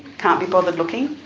can't be bothered looking,